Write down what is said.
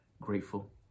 grateful